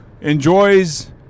enjoys